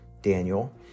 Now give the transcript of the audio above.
Daniel